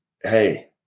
hey